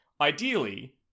ideally